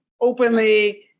openly